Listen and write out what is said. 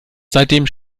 seitdem